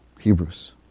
Hebrews